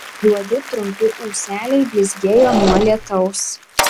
juodi trumpi ūseliai blizgėjo nuo lietaus